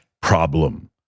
problem